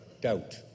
doubt